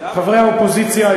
חברי האופוזיציה,